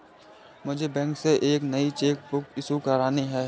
मुझे बैंक से एक नई चेक बुक इशू करानी है